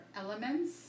elements